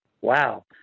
Wow